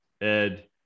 Ed